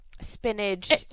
spinach